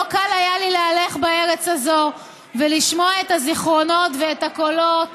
לא קל היה לי להלך בארץ הזו ולשמוע את הזיכרונות ואת הקולות